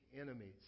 enemies